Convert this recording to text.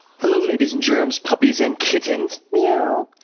hello, ladies and germs, puppies and kittens. meow.